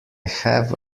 have